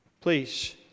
Please